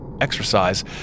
exercise